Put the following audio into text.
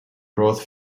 growth